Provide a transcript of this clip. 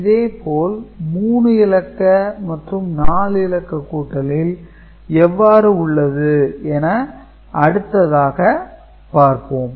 இதே போல் 3 இலக்க மற்றும் 4 இலக்க கூட்டலில் எவ்வாறு உள்ளது என அடுத்ததாக பார்ப்போம்